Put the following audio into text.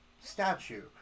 statue